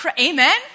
Amen